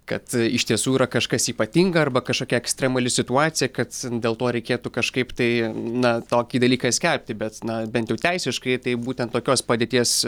kad iš tiesų yra kažkas ypatinga arba kažkokia ekstremali situacija kad dėl to reikėtų kažkaip tai na tokį dalyką skelbti bet na bent jau teisiškai tai būtent tokios padėties